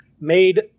made